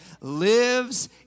lives